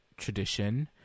tradition